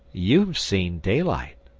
you've seen daylight,